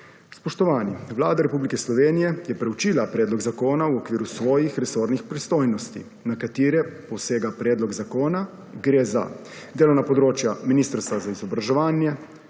Spoštovani! Vlada Republike Slovenije je proučila predlog zakona v okviru svojih resornih pristojnosti na katere posega predlog zakona. Gre za delovna področja Ministrstva za izobraževanje,